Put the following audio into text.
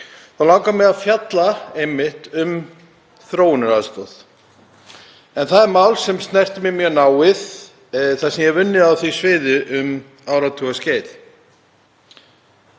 langar mig að fjalla um þróunaraðstoð, en það er mál sem snertir mig mjög náið þar sem ég hef unnið á því sviði um áratugaskeið.